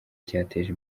cyateje